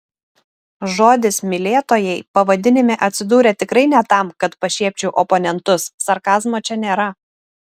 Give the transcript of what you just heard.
žodis mylėtojai pavadinime atsidūrė tikrai ne tam kad pašiepčiau oponentus sarkazmo čia nėra